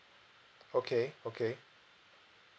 okay okay